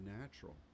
natural